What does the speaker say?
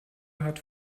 hat